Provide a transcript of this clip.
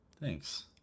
Thanks